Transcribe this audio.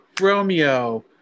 Romeo